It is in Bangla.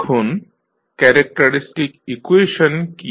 এখন ক্যারেক্টারিস্টিক ইকুয়েশন কী